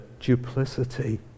duplicity